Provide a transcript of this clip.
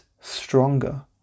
stronger